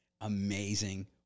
amazing